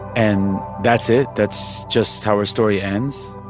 and that's it? that's just how her story ends?